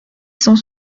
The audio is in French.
cent